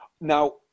Now